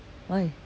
why